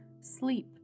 Sleep